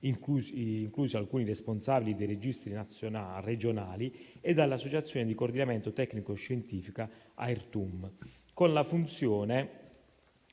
inclusi alcuni responsabili dei registri regionali, e dall'associazione di coordinamento tecnico-scientifica Airtum, con la funzione